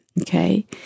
okay